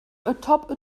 atop